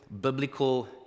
biblical